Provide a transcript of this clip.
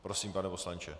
Prosím, pane poslanče.